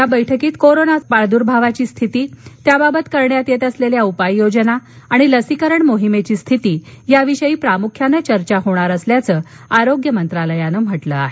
या बैठकीत कोरोना प्रादुर्भाव स्थिती त्याबाबत करण्यात आलेल्या उपाययोजना आणि लसीकरण मोहिमेची स्थिती याविषयी प्रामुख्यानं चर्चा होणार असल्याचं मंत्रालयानं म्हटलं आहे